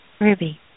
Ruby